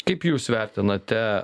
kaip jūs vertinate